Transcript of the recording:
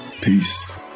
Peace